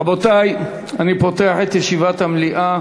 רבותי, אני פותח את ישיבת המליאה.